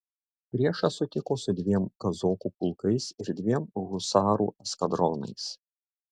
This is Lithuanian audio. priešą sutiko su dviem kazokų pulkais ir dviem husarų eskadronais